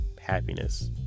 happiness